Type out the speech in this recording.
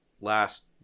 last